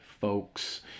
folks